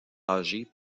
âgées